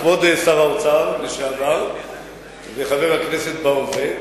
כבוד שר האוצר לשעבר וחבר הכנסת בהווה,